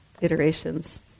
iterations